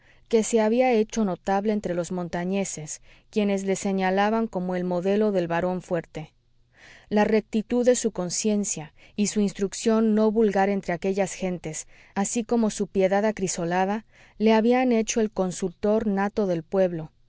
que se había hecho notable entre los montañeses quienes le señalaban como el modelo del varón fuerte la rectitud de su conciencia y su instrucción no vulgar entre aquellas gentes así como su piedad acrisolada le habían hecho el consultor nato del pueblo